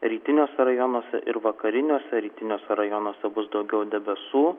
rytiniuose rajonuose ir vakariniuose rytiniuose rajonuose bus daugiau debesų